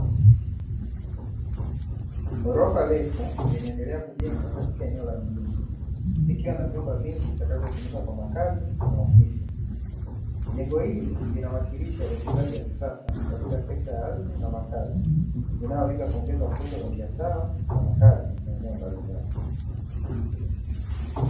Ghorofa refu linaendelea kujengwa katika eneo la mjini, likiwa na vyumba vingi vitakavyotumika kwa makazi na ofisi. Jengo hili linawakilisha uwekezaji wa kisasa katika sekta ya ardhi na makazi, inayolenga kuongeza fursa za biashara na makazi maeneo mbalimbali.